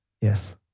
Yes